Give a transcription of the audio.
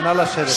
נא לשבת.